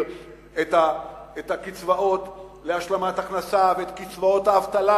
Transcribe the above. את הקצבאות להשלמת הכנסה ואת קצבאות האבטלה.